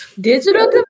Digital